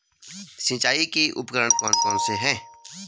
सिंचाई के उपकरण कौन कौन से हैं?